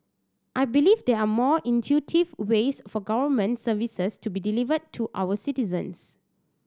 I believe there are more intuitive ways for government services to be delivered to our citizens